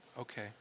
Okay